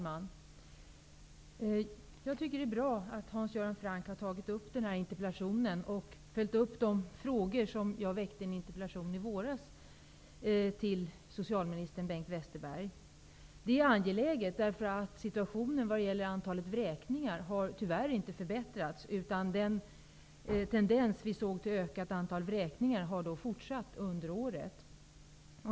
Fru talman! Det är bra att Hans Göran Franck har väckt den här interpellationen och följt upp de frågor som jag tog upp i en interpellation till socialminister Bengt Westerberg i våras. Detta är angeläget eftersom situationen när det gäller antalet vräkningar tyvärr inte har förbättrats. Den tendens till ökat antal vräkningar som vi såg då har fortsatt under året.